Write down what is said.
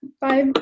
Bye